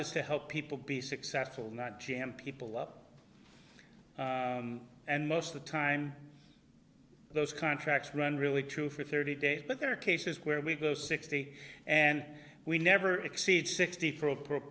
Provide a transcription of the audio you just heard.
is to help people be successful not jam people up and most of the time those contracts run really true for thirty days but there are cases where we go sixty and we never exceed sixty for a pro